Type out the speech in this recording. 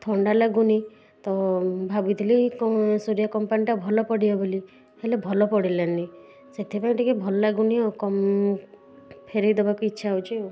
ଥଣ୍ଡା ଲାଗୁନି ତ ଭାବିଥିଲି କଣ ସୁରୟା କମ୍ପାନୀଟା ଭଲ ପଡ଼ିବ ବୋଲି ହେଲେ ଭଲ ପଡ଼ିଲାନି ସେଥିପାଇଁ ଟିକେ ଭଲ ଲାଗୁନି ଆଉ କମ୍ ଫେରେଇ ଦେବାକୁ ଇଚ୍ଛା ହେଉଛି ଆଉ